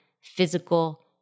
physical